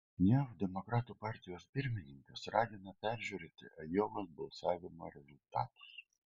jav demokratų partijos pirmininkas ragina peržiūrėti ajovos balsavimo rezultatus